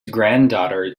granddaughter